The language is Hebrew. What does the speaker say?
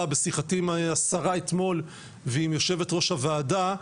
בשיחתי עם השרה אתמול ועם יושבת ראש הוועדה,